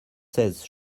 seize